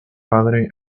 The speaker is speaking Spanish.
padre